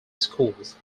schools